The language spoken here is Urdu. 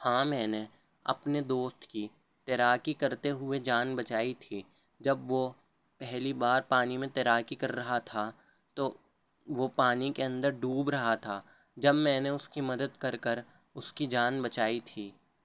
ہاں میں نے اپنے دوست کی تیراکی کرتے ہوئے جان بچائی تھی جب وہ پہلی بار پانی میں تیراکی کر رہا تھا تو وہ پانی کے اندر ڈوب رہا تھا جب میں نے اس کی مدد کر کر اس کی جان بچائی تھی